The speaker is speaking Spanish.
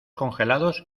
congelados